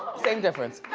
same difference.